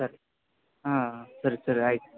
ಸರಿ ಹಾಂ ಸರಿ ಸರಿ ಆಯಿತು